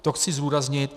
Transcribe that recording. To chci zdůraznit.